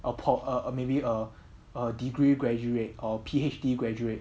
a pol~ a maybe a a degree graduate or P_H_D graduate